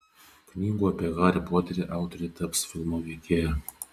knygų apie harį poterį autorė taps filmo veikėja